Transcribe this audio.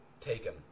taken